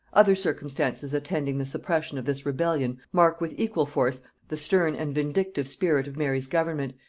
other circumstances attending the suppression of this rebellion mark with equal force the stern and vindictive spirit of mary's government,